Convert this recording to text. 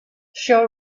show